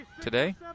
today